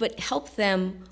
but help them